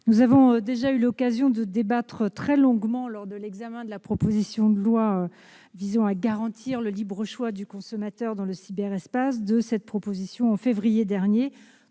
nous avons déjà eu l'occasion de débattre très longuement du sujet lors de l'examen de la proposition de loi visant à garantir le libre choix du consommateur dans le cyberespace. Je ne m'attarderai